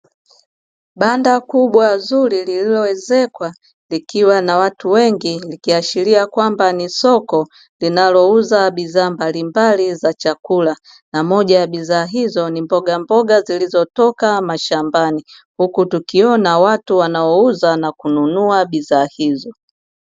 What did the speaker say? Banda kubwa zuri lilioezekwa, likiwa na watu wengi ikiashiria kuwa ni soko linalouza bidhaa mbalimbali za chakula, na moja ya bidhaa hizo ni mbogamboga zilizotoka mashambani, huku tukiona watu wanaouza bidhaa hizo.